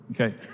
okay